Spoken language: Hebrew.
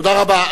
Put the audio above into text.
תודה רבה.